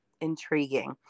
intriguing